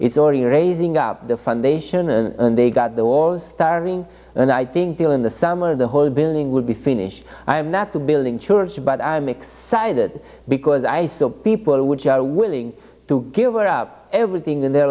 it's already raising up the foundation and they got the walls starting and i think people in the summer the whole building will be finished i'm not the building church but i'm excited because i see people which are willing to give up everything in their